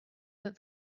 that